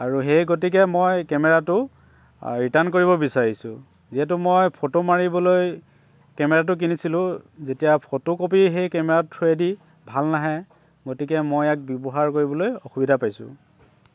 আৰু সেই গতিকে মই কেমেৰাটো ৰিটাৰ্ণ কৰিব বিচাৰিছো যিহেতু মই ফটো মাৰিবলৈ কেমেৰাটো কিনিছিলো যেতিয়া ফটো কপি সেই কেমেৰা থ্ৰোৱেদি ভাল নাহে গতিকে মই ইয়াক ব্যৱহাৰ কৰিবলৈ অসুবিধা পাইছো